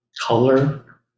color